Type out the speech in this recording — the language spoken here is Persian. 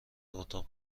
اتاق